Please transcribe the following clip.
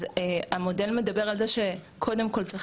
אז המודל מדבר על זה שקודם כל צריך